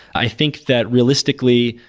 i think that realistically,